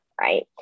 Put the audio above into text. Right